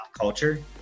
Culture